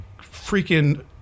freaking